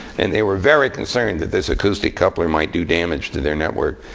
and they were very concerned that this acoustic coupler might do damage to their network.